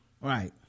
Right